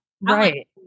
Right